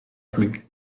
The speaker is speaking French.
plus